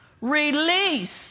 release